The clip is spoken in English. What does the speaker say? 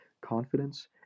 Confidence